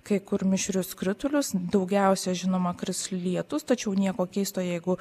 kai kur mišrius kritulius daugiausia žinoma kris lietus tačiau nieko keisto jeigu